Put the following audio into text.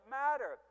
matter